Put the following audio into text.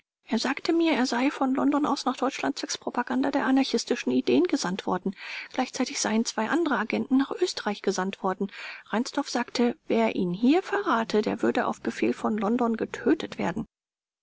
er sagte mir er sei von london aus nach deutschland zwecks propaganda der anarchistischen ideen gesandt worden gleichzeitig seien zwei andere agenten nach österreich gesandt worden reinsdorf sagte wer ihn hier verrate der würde auf befehl von london getötet werden